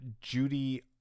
Judy